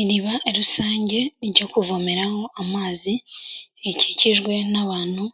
Iriba rusange ryo kuvomeraho amazi rikikijwe n'abantu